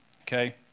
Okay